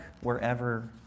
wherever